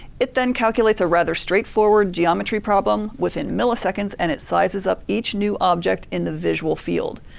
it then calculates a rather straightforward geometry problem within milliseconds and it sizes up each new object in the visual field.